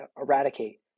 eradicate